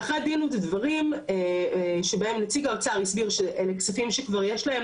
ואחרי דין ודברים שבהם נציג האוצר הסביר שאלה כספים שכבר יש להן